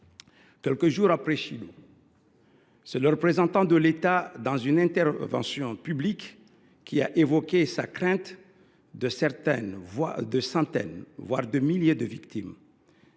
Quelques jours après Chido, le représentant de l’État, dans une intervention publique, a évoqué sa crainte de centaines, voire de milliers de victimes.